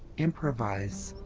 improvise.